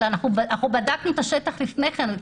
אנחנו בדקנו את השטח לפני כן.